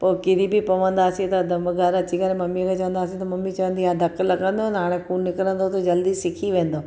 पोइ किरी बि पवंदासीं त कमकार अची करे ममी खे चवदासीं त ममी चवंदी आहे धक लॻंदो न हाणे खून निकिरंदो त जल्दी सिखी वेंदव